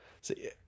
See